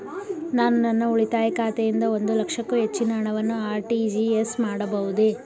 ನಾನು ನನ್ನ ಉಳಿತಾಯ ಖಾತೆಯಿಂದ ಒಂದು ಲಕ್ಷಕ್ಕೂ ಹೆಚ್ಚಿನ ಹಣವನ್ನು ಆರ್.ಟಿ.ಜಿ.ಎಸ್ ಮಾಡಬಹುದೇ?